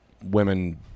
Women